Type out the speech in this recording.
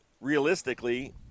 realistically